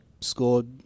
Scored